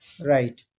Right